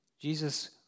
Jesus